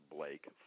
Blake